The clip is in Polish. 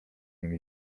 nim